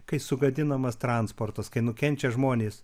kai sugadinamas transportas kai nukenčia žmonės